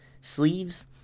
sleeves